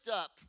up